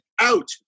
out